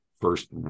first